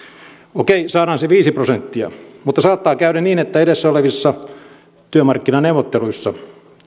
okei saadaan se viisi prosenttia mutta saattaa käydä niin että edessä olevissa työmarkkinaneuvotteluissa